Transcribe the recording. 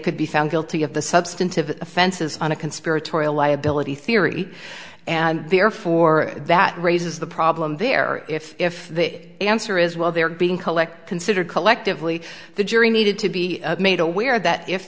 could be found guilty of the substantive offenses on a conspiratorial liability theory and therefore that raises the problem there if if the answer is well they're being collect considered collectively the jury needed to be made aware that if